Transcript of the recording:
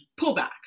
pullback